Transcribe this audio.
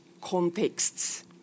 contexts